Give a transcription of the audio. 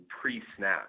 pre-snap